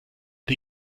die